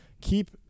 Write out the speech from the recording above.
Keep